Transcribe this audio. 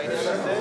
בעניין הזה.